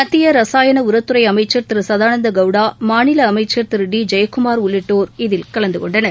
மத்திய ரசாயன உரத்துறை அமைச்சர் திரு கதானந்த கவுடா மாநில அமைச்சர் திரு டி ஜெயக்குமார் உள்ளிட்டோர் இதில் கலந்து கொண்டனர்